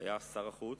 היה שר החוץ,